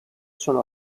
sono